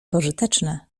pożyteczne